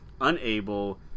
unable